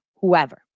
whoever